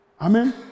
Amen